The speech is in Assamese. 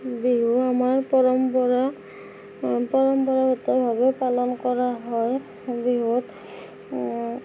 বিহু আমাৰ পৰম্পৰা পৰম্পৰাগতভাৱে পালন কৰা হয় বিহুত